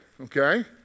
okay